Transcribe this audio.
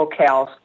locales